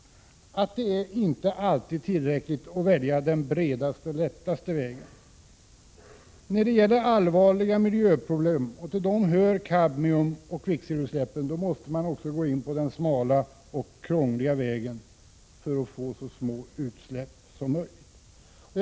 Det är inte alltid bäst att välja den bredaste och lättaste vägen. När det rör sig om allvarliga miljöproblem — och till dem hör kadmiumoch kvicksilverutsläppen — måste man gå den smala och krångliga vägen för att få så små utsläpp som möjligt.